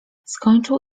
skończył